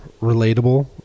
relatable